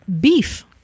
Beef